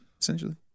essentially